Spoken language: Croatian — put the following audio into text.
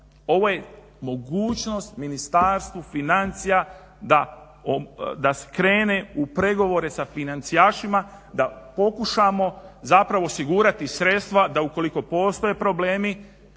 ovo je mogućnost Ministarstvu financija da krene u pregovore s financijašima da pokušamo zapravo osigurati sredstva da ukoliko postoje problemi,